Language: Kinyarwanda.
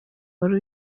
wari